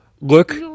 Look